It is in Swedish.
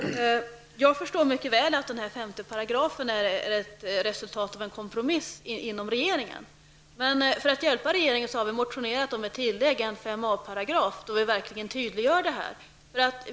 Herr talman! Jag förstår mycket väl att 5 § i förslaget till ny kommunallag är resultatet av en kompromiss inom regeringen. För att hjälpa regeringen har vi motionerat om ett tillägg, nämligen 5a §, som verkligen skulle göra detta tydligt.